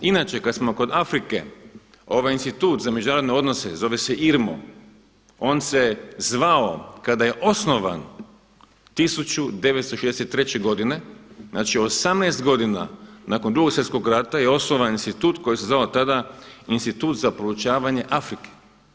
Inače kada smo kod Afrike ovaj institut za međunarodne odnose zove se IRMO on se zvao kada je osnovan 1963. godine, znači 18 godina nakon Drugog svjetskog rata je osnovan institut koji se zvao tada Institut za proučavanje Afrike.